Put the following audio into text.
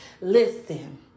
Listen